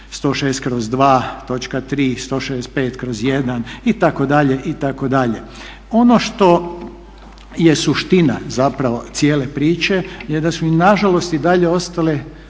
160/2 točka 3, 165/1 itd., itd. Ono što je suština zapravo cijele priče je da su nažalost i dalje ostale